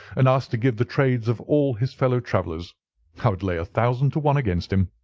and asked to give the trades of all his fellow-travellers. i would lay a thousand to one against him.